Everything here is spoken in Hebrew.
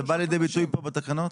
זה בא לידי ביטוי פה בתקנות?